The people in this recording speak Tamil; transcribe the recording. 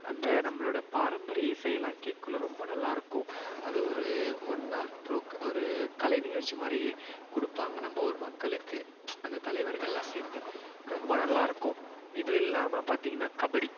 அந்த நம்பளோட பாரம்பரிய இசை எல்லாம் கேக்கக்குள்ளே ரொம்ப நல்லா இருக்கும் அது ஒரு ஒன்னார் ப்ரோக் ஒரு கலை நிகழ்ச்சிமாதிரி கொடுப்பாங்க நம்ப ஊர் மக்களுக்கு அந்த தலைவர்கள் எல்லாம் சேர்ந்து ரொம்ப நல்லா இருக்கும் இதுவும் இல்லாமல் பார்த்தீங்கனா கபடி